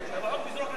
לפיזור הכנסת,